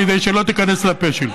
כדי שלא תיכנס לפה שלי.